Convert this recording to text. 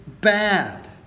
bad